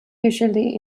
usually